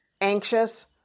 anxious